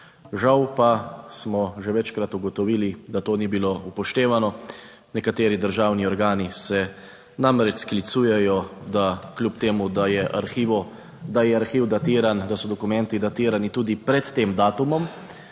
Žal pa smo že večkrat ugotovili, da to ni bilo upoštevano. Nekateri državni organi se namreč sklicujejo, da kljub temu, da je arhiv datiran, da so dokumenti. Datirani tudi. Pred tem datumom,